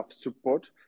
support